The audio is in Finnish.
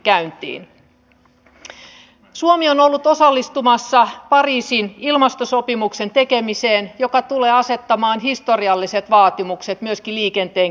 samaan aikaan kuitenkin toimintaympäristö euroopassa on voimakkaasti muuttunut ja keskustelu siitä onko suomen puolustus enää uskottava on käynnistynyt